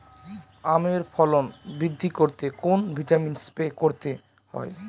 আমের ফলন বৃদ্ধি করতে কোন ভিটামিন স্প্রে করতে হয়?